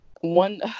one